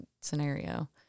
scenario